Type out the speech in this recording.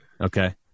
Okay